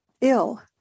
ill